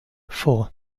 four